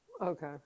Okay